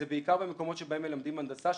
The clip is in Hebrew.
זה בעיקר במקומות בהם מלמדים הנדסה,